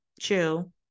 chill